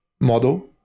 model